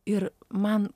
ir man